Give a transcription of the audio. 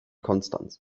konstanz